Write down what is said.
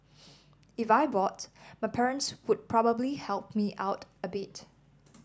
if I bought my parents would probably help me out a bit